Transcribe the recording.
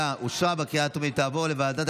19 מתנגדים.